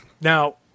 now